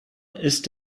ist